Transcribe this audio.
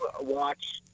watch